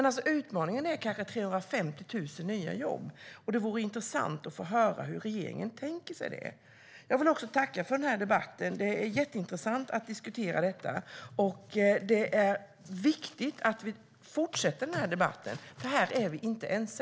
Utmaningen är att skapa 350 000 nya jobb. Det vore intressant att få höra hur regeringen tänker sig det. Jag vill också tacka för debatten. Det är mycket intressant att diskutera dessa frågor. Det är viktigt att vi fortsätter debatten eftersom vi inte är ense.